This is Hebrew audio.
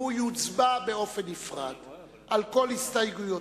והוא יוצבע באופן נפרד על כל הסתייגויותיו.